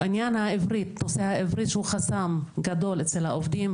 נושא העברית שהוא חסם גדול אצל העובדים.